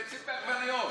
זה ביצים ועגבניות.